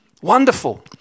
Wonderful